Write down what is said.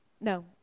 No